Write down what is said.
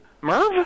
Merv